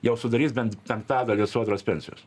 jau sudarys bent penktadalį sodros pensijos